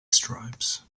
stripes